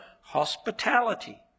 hospitality